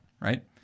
Right